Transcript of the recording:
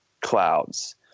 clouds